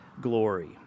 glory